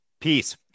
Peace